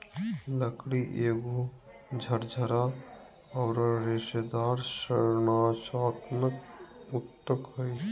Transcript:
लकड़ी एगो झरझरा औरर रेशेदार संरचनात्मक ऊतक हइ